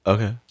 Okay